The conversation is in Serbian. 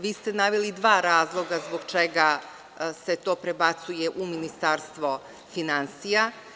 Vi ste naveli dva razloga zbog čega se to prebacuje u Ministarstvo finansija.